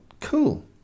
cool